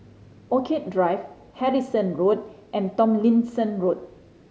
Orchid Drive Harrison Road and Tomlinson Road